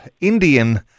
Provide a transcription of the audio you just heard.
Indian